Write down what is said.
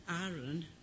aaron